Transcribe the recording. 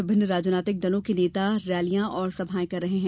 विभिन्न राजनीतिक दलों के नेता रैलियां और सभोएं कर रहे हैं